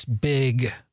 big